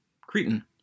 Cretan